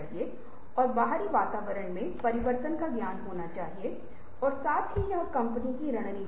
इसलिए आप बाहर गए और आपने एक विशिष्ट समय पर जो देखा उसे चित्रित किया